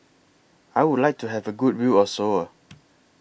I Would like to Have A Good View of Seoul